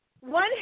One